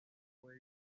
fue